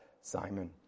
Simon